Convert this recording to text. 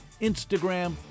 Instagram